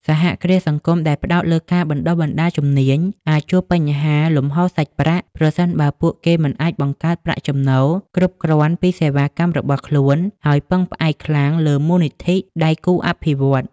សហគ្រាសសង្គមដែលផ្តោតលើការបណ្តុះបណ្តាលជំនាញ អាចជួបបញ្ហាលំហូរសាច់ប្រាក់ ប្រសិនបើពួកគេមិនអាចបង្កើតប្រាក់ចំណូលគ្រប់គ្រាន់ពីសេវាកម្មរបស់ខ្លួន ហើយពឹងផ្អែកខ្លាំងលើមូលនិធិពីដៃគូអភិវឌ្ឍន៍។